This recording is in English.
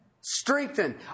strengthen